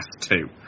two